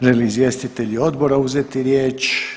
Žele li izvjestitelji odbora uzeti riječ?